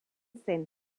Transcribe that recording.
zen